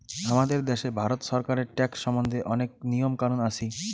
হামাদের দ্যাশে ভারত ছরকারের ট্যাক্স সম্বন্ধে অনেক নিয়ম কানুন আছি